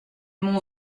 mon